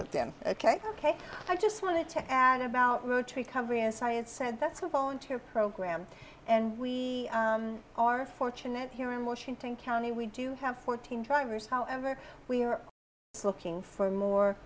of them ok ok i just wanted to add about road to recovery and science said that's a volunteer program and we are fortunate here in washington county we do have fourteen drivers however we are looking for more